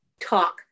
talk